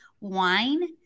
wine